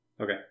Okay